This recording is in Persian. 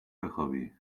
بخوابی